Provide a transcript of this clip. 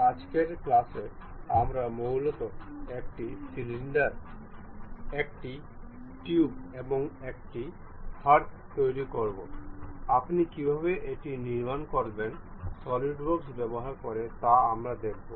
আজকের ক্লাসে আমরা মূলত একটি সিলিন্ডার একটি টিউব এবং একটি হার্থ তৈরি করব আপনি কীভাবে এটি নির্মাণ করবেন সলিডওয়ার্কস ব্যবহার করে তা আমরা দেখবো